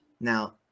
Now